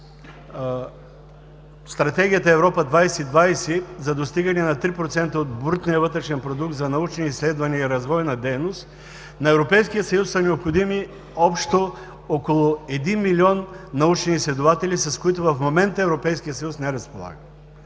Стратегията „Европа 2020“ за достигане на 3% от брутния вътрешен продукт за научни изследвания и развойна дейност, на Европейския съюз са необходими общо около един милион научни изследователи, с които в момента Европейският съюз не разполага.